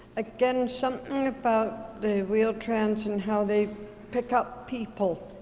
again something about the wheel-trans and how they pick up people.